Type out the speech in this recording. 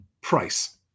price